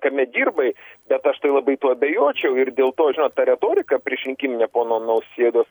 kame dirbai bet aš tai labai tuo abejočiau ir dėl to žinot ta retorika priešrinkiminė pono nausėdos